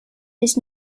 his